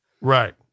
right